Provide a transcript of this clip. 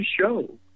show